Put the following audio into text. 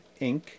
Inc